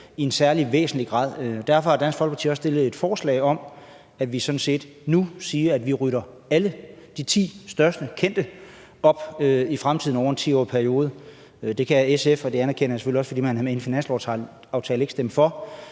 i en særlig væsentlig grad, og derfor har Dansk Folkeparti også stillet et forslag om, at vi sådan set nu siger, at vi rydder alle de ti største kendte op i fremtiden over en 10-årig periode. Det kan SF ikke stemme for – og det anerkender jeg selvfølgelig, fordi de er med i en finanslovsaftale. Men